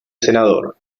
senador